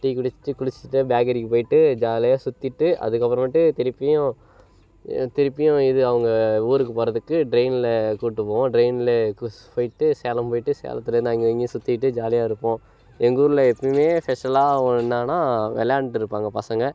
tea குடிச்சுட்டு குளிச்சுட்டு பேக்கிரிக்கு போய்விட்டு ஜாலியாக சுற்றிட்டு அதுக்கு அப்புறமேட்டு திருப்பியும் திருப்பியும் இது அவங்க ஊருக்கு போகிறதுக்கு ட்ரெயினில் கூப்பிட்டு போவோம் ட்ரெயினிலே போய்விட்டு சேலம் போய்விட்டு சேலத்தில் இருந்து அங்கேயும் இங்கேயும் சுற்றிட்டு ஜாலியாக இருப்போம் எங்கள் ஊரில் எப்பயுமே ஸ்பெஷலாக என்னென்னா விளாயாண்டு இருப்பாங்க பசங்கள்